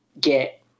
get